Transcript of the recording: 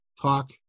talk